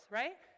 right